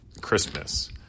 Christmas